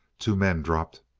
two men dropped,